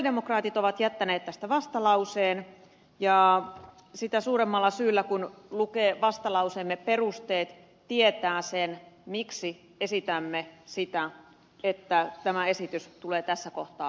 sosialidemokraatit ovat jättäneet tästä vastalauseen ja sitä suuremmalla syyllä kun lukee vastalauseemme perusteet tietää sen miksi esitämme sitä että tämä esitys tulee tässä kohtaa hylätä